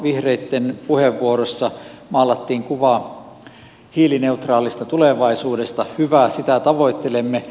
vihreitten puheenvuorossa maalattiin kuvaa hiilineutraalista tulevaisuudesta hyvä sitä tavoittelemme